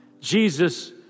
Jesus